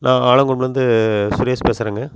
நான் ஆலங்கொம்புலேருந்து சுரேஷ் பேசுகிறங்க